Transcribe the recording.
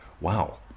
wow